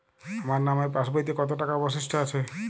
আমার নামের পাসবইতে কত টাকা অবশিষ্ট আছে?